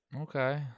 Okay